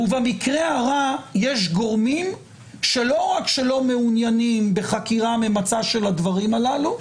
ובמקרה הרע יש גורמים שלא רק שלא מעוניינים בחקירה ממצה של הדברים הללו,